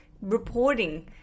reporting